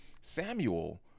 Samuel